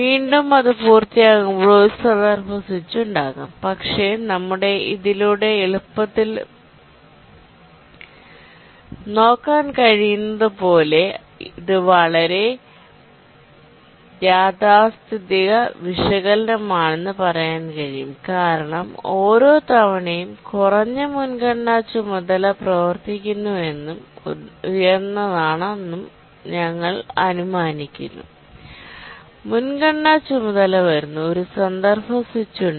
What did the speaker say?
വീണ്ടും അത് പൂർത്തിയാകുമ്പോൾ ഒരു കോണ്ടെസ്റ് സ്വിച്ച് ഉണ്ടാകാം പക്ഷേ നമുക്ക് ഇതിലൂടെ എളുപ്പത്തിൽ നോക്കാൻ കഴിയുന്നത് പോലെ ഇത് വളരെ യാഥാസ്ഥിതിക വിശകലനമാണെന്ന് പറയാൻ കഴിയും കാരണം ഓരോ തവണയും കുറഞ്ഞ മുൻഗണനാ ചുമതല പ്രവർത്തിക്കുന്നുവെന്നും ഉയർന്നതാണെന്നും ഞങ്ങൾ അനുമാനിക്കുന്നു മുൻഗണനാ ചുമതല വരുന്നു ഒരു കോണ്ടെസ്റ് സ്വിച്ച് ഉണ്ട്